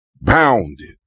bounded